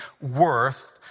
worth